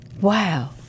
Wow